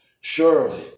Surely